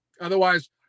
Otherwise